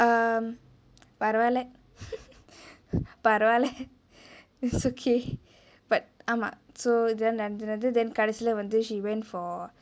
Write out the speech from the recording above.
um பரவாலே பரவாலே:paravalae paravalae it's okay but ஆமா:aama so இதுலா நடந்து நடந்து:ithulaa nadanthu nadanthu then கடசிலே வந்து:kadesilae vanthu she went for